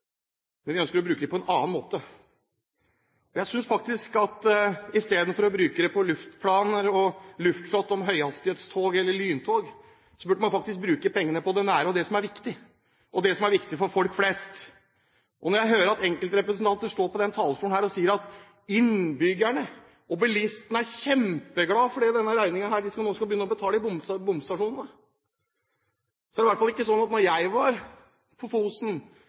men vi ønsker å bruke dem på en annen måte. Jeg synes faktisk at istedenfor å bruke dem på luftslott og luftplaner om høyhastighetstog eller lyntog, burde man bruke pengene på det nære og det som er viktig, og det som er viktig for folk flest. Når jeg hører enkeltrepresentanter står på denne talerstolen og sier at innbyggerne og bilistene er kjempeglade for den regningen de nå skal begynne å betale på bomstasjonene, var det i hvert fall ikke slik da jeg var på Fosen.